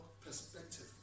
perspective